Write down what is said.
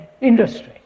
industry